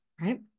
right